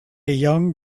young